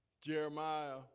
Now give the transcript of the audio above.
Jeremiah